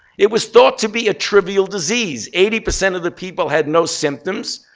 it was thought to be a trivial disease. eighty percent of the people had no symptoms.